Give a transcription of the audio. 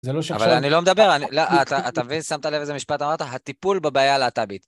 אבל אני לא מדבר, אתה מבין? אתה שמת לב איזה משפט אמרת, הטיפול בבעיה הלהטבית.